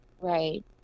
right